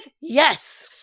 Yes